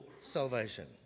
salvation